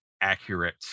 accurate